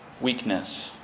weakness